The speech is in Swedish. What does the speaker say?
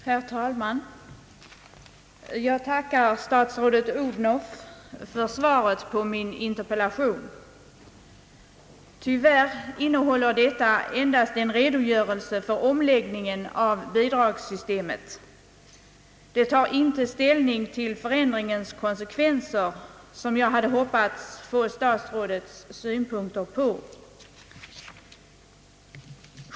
Herr talman! Jag tackar statsrådet Odhnoff för svaret på min interpellation. Tyvärr innehåller svaret endast en redogörelse för omläggningen av bidragssystemet. Det tar inte ställning till förändringens konsekvenser, som jag hade hoppats få statsrådets synpunkter på.